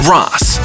Ross